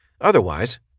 Otherwise